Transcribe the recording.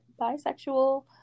bisexual